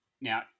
Now